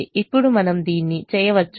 ఇప్పుడు మనము దీన్ని చేయవచ్చు